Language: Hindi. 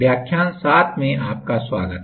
नमस्ते